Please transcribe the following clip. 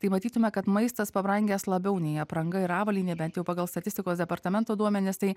tai matytume kad maistas pabrangęs labiau nei apranga ir avalynė bent jau pagal statistikos departamento duomenis tai